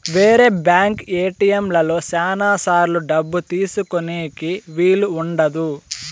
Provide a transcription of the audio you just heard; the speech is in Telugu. వేరే బ్యాంక్ ఏటిఎంలలో శ్యానా సార్లు డబ్బు తీసుకోనీకి వీలు ఉండదు